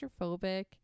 claustrophobic